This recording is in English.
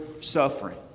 suffering